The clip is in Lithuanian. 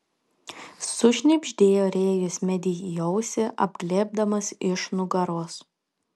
sušnibždėjo rėjus medei į ausį apglėbdamas iš nugaros